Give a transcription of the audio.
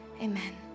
Amen